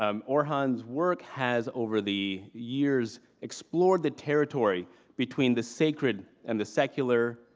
um orhan's work has over the years explored the territory between the sacred and the secular,